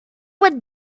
would